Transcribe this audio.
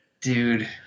Dude